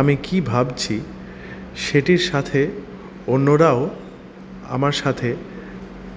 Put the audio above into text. আমি কি ভাবছি সেটির সাথে অন্যরাও আমার সাথে